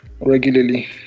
regularly